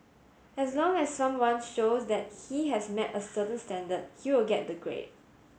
as long as someone shows that he has met a certain standard he will get the grade